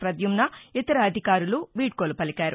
ప్రద్యుమ్న ఇతర అధికారులు వీడ్యోలు పలికారు